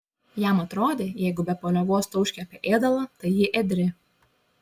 jam atrodė jeigu be paliovos tauškia apie ėdalą tai ji ėdri